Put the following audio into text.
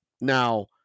Now